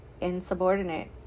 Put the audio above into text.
insubordinate